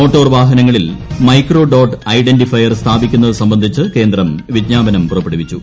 motor വാഹനങ്ങളിൽ ക്കെക്രോ dot identifier സ്ഥാപിക്കുന്നത് സംബൃഡിച്ച് കേന്ദ്രം വിജ്ഞാപനം പുറപ്പെടുവിച്ചു